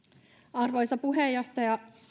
arvoisa puheenjohtaja